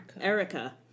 Erica